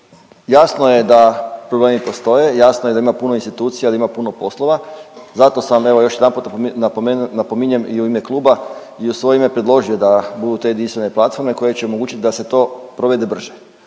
jasno je da problemi postoje, jasno je da ima puno institucija jer ima puno poslova, zato sam, evo, još jedanput .../nerazumljivo/... napominjem i u ime kluba i u svoje ime predložio da budu te jedinstvene platforme koje će omogućiti da se to provede brže.